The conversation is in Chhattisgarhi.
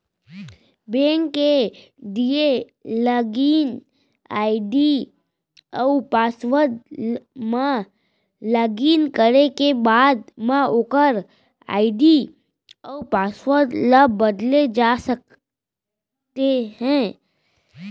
बेंक के दिए लागिन आईडी अउ पासवर्ड म लॉगिन करे के बाद म ओकर आईडी अउ पासवर्ड ल बदले जा सकते हे